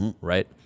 right